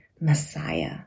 Messiah